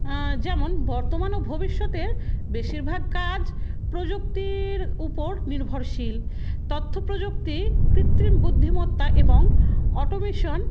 যেমন বর্তমান ও ভবিষ্যতের বেশিরভাগ কাজ প্রযুক্তির উপর নির্ভরশীল তথ্য প্র্রযুক্তি কৃত্রিম বুদ্ধিমত্তা এবং অটোমেশন